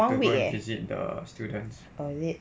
one week eh oh is it